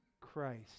Christ